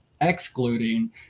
excluding